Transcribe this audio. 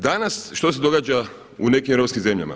Danas što se događa u nekim europskim zemljama?